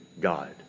God